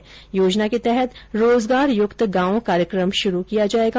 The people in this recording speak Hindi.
इस योजना के तहत रोजगार युक्त गांव कार्यक्रम शुरू किया जाएगा